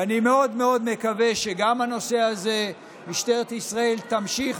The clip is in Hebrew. ואני מאוד מאוד מקווה שגם בנושא הזה משטרת ישראל תמשיך,